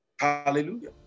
Hallelujah